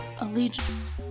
allegiance